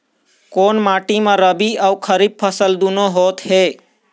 कोन माटी म रबी अऊ खरीफ फसल दूनों होत हे?